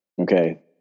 Okay